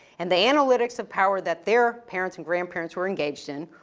and the analytics of power that their parents and grandparents were engaged in,